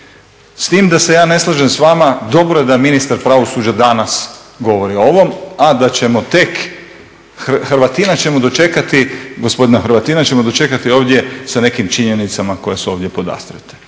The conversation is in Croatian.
S tim da se ja ne slažem s vama, dobro je da ministar pravosuđa danas govori o ovom, a da ćemo tek gospodina Hrvatina dočekati ovdje sa nekim činjenicama koje su ovdje podastrijeste